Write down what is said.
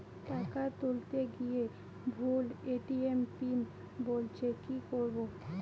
টাকা তুলতে গিয়ে ভুল এ.টি.এম পিন বলছে কি করবো?